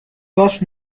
داشت